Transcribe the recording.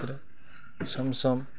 सम सम